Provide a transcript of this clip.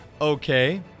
okay